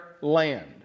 land